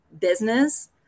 business